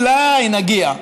אולי נגיע.